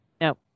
no